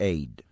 Aid